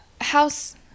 house